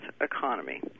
economy